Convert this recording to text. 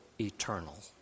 eternal